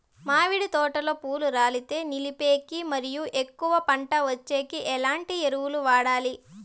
మామిడి తోటలో పూలు రాలేదు నిలిపేకి మరియు ఎక్కువగా పంట వచ్చేకి ఎట్లాంటి ఎరువులు వాడాలి?